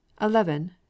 eleven